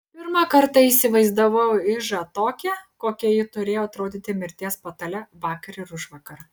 pirmą kartą įsivaizdavau ižą tokią kokia ji turėjo atrodyti mirties patale vakar ir užvakar